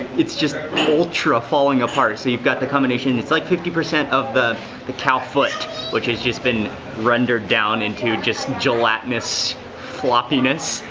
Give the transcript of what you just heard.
it's just ultra falling apart. so you've got the combination, it's like fifty percent of the the cow foot which has just been rendered down into just gelatinous floppiness,